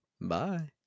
Bye